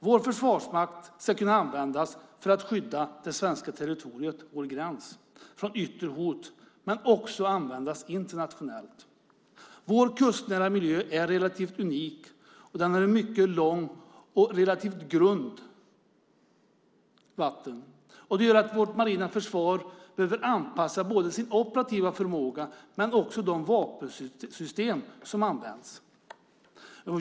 Vår försvarsmakt ska kunna användas för att skydda det svenska territoriet, vår gräns, mot yttre hot men också kunna användas internationellt. Vår kustnära miljö är relativt unik. Den är mycket lång och relativt grund. Det gör att vårt marina försvar behöver anpassa både sin operativa förmåga och de vapensystem som används.